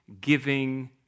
giving